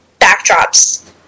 backdrops